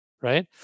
Right